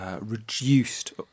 Reduced